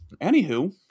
anywho